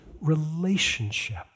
relationship